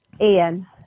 Ian